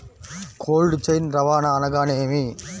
Cold chain రవాణా అనగా నేమి?